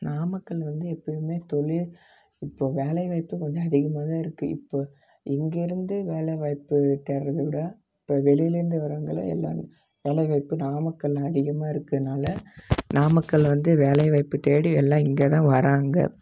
நாமக்கல்லில் வந்து எப்பேயுமே தொழில் இப்போது வேலை வாய்ப்பும் கொஞ்சம் அதிகமாக தான் இருக்குது இப்போது இங்கே இருந்து வேலை வாய்ப்பு தேடுறத விட இப்போ வெளியில் இருந்து வரவங்களே எல்லாேருமே வேலை வாய்ப்பு நாமக்கல்லில் அதிகமாக இருக்குனால் நாமக்கல்லில் வந்து வேலை வாய்ப்பு தேடி எல்லாம் இங்கே தான் வராங்க